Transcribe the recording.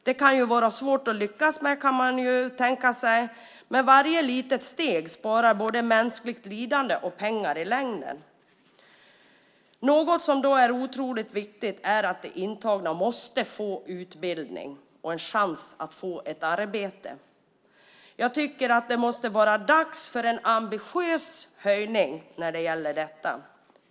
Det kan vara svårt att lyckas med det, kan man tänka sig, men varje litet steg sparar både mänskligt lidande och pengar i längden. Något som då är otroligt viktigt är att de intagna får utbildning och en chans att få ett arbete. Jag tycker att det måste vara dags för en ambitiös höjning när det gäller detta.